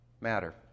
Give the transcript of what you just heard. matter